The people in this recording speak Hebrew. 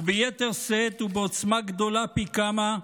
וביתר שאת ובעוצמה גדולה פי כמה,